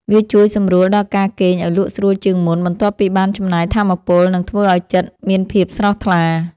វាជួយសម្រួលដល់ការគេងឱ្យលក់ស្រួលជាងមុន បន្ទាប់ពីបានចំណាយថាមពល និងធ្វើឱ្យចិត្តមានភាពស្រស់ថ្លា។